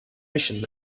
mission